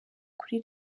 kuri